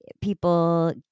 people